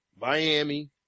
Miami